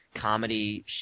comedy